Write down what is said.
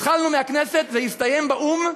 התחלנו מהכנסת, זה יסתיים באו"ם.